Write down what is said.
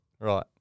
Right